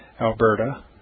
Alberta